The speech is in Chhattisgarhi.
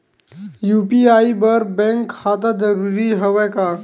यू.पी.आई बर बैंक खाता जरूरी हवय का?